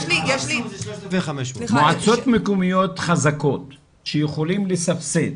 יש מועצות מקומיות חזקות שיכולות לסבסד,